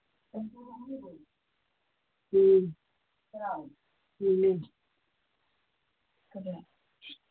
ꯎꯝ ꯎꯝ